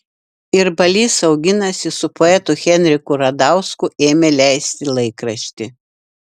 ir balys auginasi su poetu henriku radausku ėmė leisti laikraštį